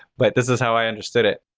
but this is how i understood it.